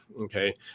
Okay